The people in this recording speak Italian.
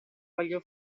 voglio